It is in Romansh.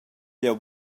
jeu